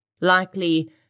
likely